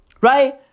right